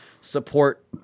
support